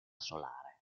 solare